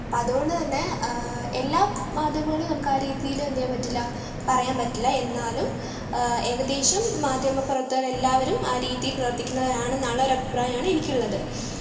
അപ്പോൾ അതുകൊണ്ട് തന്നെ എല്ലാ മാധ്യമങ്ങളേയും നമുക്ക് ആ രീതിയിൽ എന്തു ചെയ്യാൻ പറ്റില്ല പറയാൻ പറ്റില്ല എന്നാലും ഏകദേശം മാധ്യമ പ്രവർത്തകർ എല്ലാവരും ആ രീതിയിൽ പ്രവർത്തിക്കുന്നവരാണെന്നുള്ള അഭിപ്രായമാണ് എനിക്കുള്ളത്